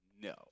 no